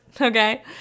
okay